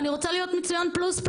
להיות מצוין פלוס.